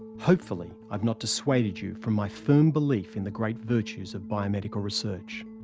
hopefully, i've not dissuaded you from my firm belief in the great virtues of biomedical research.